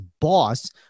boss